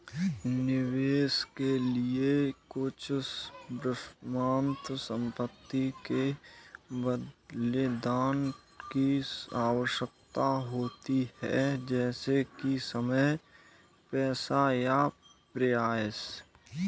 निवेश के लिए कुछ वर्तमान संपत्ति के बलिदान की आवश्यकता होती है जैसे कि समय पैसा या प्रयास